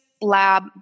lab